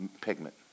pigment